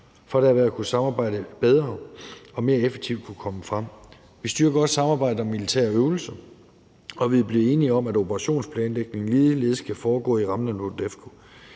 for derved at kunne samarbejde bedre og mere effektivt kunne komme frem. Vi styrker også samarbejdet om militære øvelser, og vi er blevet enige om, at operationsplanlægningen ligeledes skal foregå i rammen af NORDEFCO.